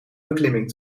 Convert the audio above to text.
beklimming